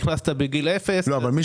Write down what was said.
מי שנכנס בגיל אפס נעול עד גיל 18. מי